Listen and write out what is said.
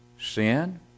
sin